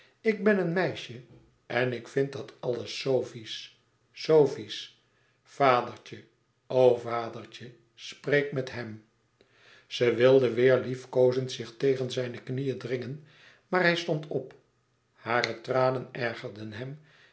ik ben een meisje en ik vind dat alles zoo vies zoo vies vadertje o vadertje spreek met hem zij wilde weêr liefkoozend zich tegen zijne knieën dringen maar hij stond op hare tranen ergerden hem